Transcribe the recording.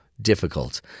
difficult